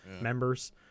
members